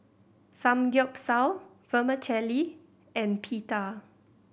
Samgeyopsal Vermicelli and Pita